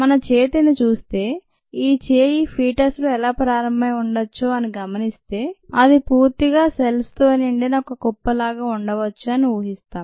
మన చేతిని చూస్తే ఈ చేయి ఫీటస్ లో ఎలా ప్రారంభమై ఉండచ్చో అని గమనిస్తే అది పూర్తిగా సెల్స్ తో నిండిన ఒక కుప్పలాగా ఉండవచ్చు అని ఊహిస్తాం